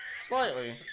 Slightly